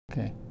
Okay